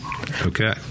Okay